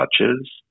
touches